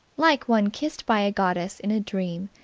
like one kissed by a goddess in a dream,